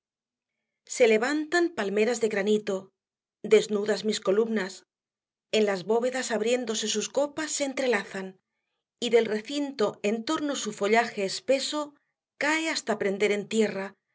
se levantan palmeras de granito desnudas mis columnas en las bóvedas abriéndose sus copas se entrelazan y del recinto en torno su follaje espeso cae hasta prender en tierra